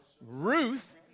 Ruth